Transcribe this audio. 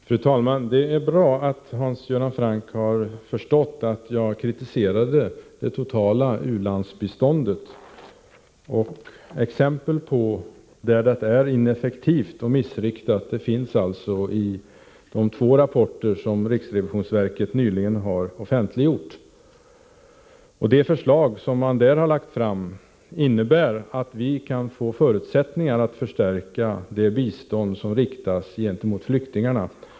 Fru talman! Det är bra att Hans Göran Franck har förstått att jag kritiserade det totala u-landsbiståndet. Exempel på när det är ineffektivt och missriktat finns alltså i de två rapporter som riksrevisionsverket nyligen har offentliggjort. De förslag man där har lagt fram innebär att vi kan få förutsättningar att förstärka det bistånd som riktas gentemot flyktingarna.